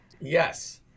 Yes